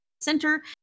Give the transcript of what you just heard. center